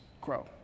grow